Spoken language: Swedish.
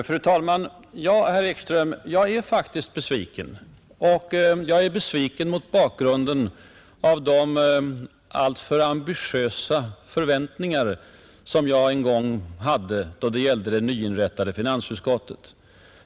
Fru talman! Ja, herr Ekström, jag är faktiskt besviken. Jag är besviken mot bakgrunden av de alltför ”ambitiösa” förväntningar som jag en gång hade på det nyinrättade finansutskottet.